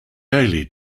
daily